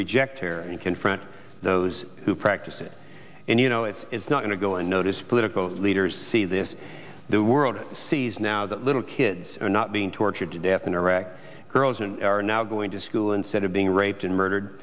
reject here and confront those who practice it and you know it is not going to go unnoticed political leaders see this the world sees now that little kids are not being tortured to death in iraq girls and are now going to school instead of being raped and murdered